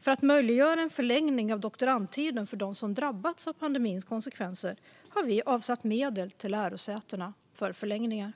För att möjliggöra en förlängning av doktorandtiden för dem som drabbats av pandemins konsekvenser har vi avsatt medel till lärosätena för förlängningar.